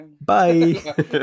Bye